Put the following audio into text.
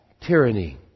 tyranny